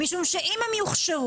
משום שאם הם יוכשרו,